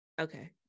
okay